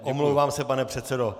Omlouvám se, pane předsedo.